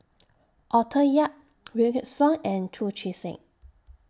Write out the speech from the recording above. Arthur Yap Wykidd Song and Chu Chee Seng